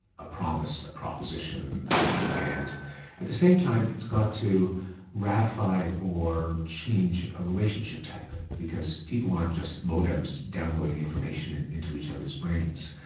a promise, a proposition, a command and at the same time it's got to ratify or change a relationship type because people aren't just modems downloading information into each other's brains.